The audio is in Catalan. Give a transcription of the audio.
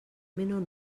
menor